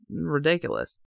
ridiculous